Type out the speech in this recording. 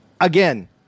again